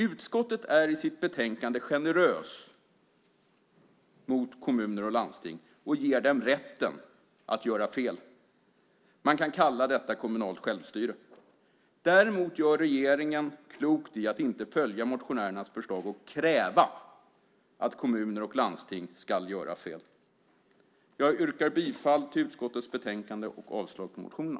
Utskottet är i sitt betänkande generöst mot kommuner och landsting och ger dem rätten att göra fel. Man kan kalla detta kommunalt självstyre. Däremot gör regeringen klokt i att inte följa motionärernas förslag och kräva att kommuner och landsting ska göra fel. Jag yrkar bifall till förslaget i utskottets betänkande och avslag på motionerna.